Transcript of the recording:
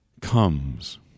comes